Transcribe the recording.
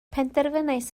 penderfynais